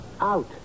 Out